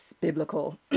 biblical